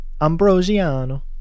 Ambrosiano